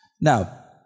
Now